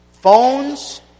phones